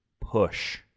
push